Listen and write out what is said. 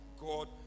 God